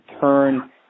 turn